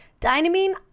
Dynamine